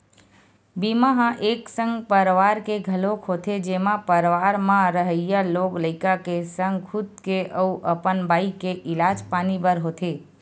बीमा ह एक संग परवार के घलोक होथे जेमा परवार म रहइया लोग लइका के संग खुद के अउ अपन बाई के इलाज पानी बर होथे